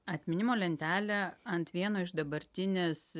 atminimo lentelę ant vieno iš dabartinės